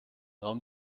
raum